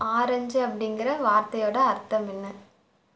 orange அப்படிங்கிற வார்த்தையோடய அர்த்தம் என்ன